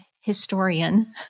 historian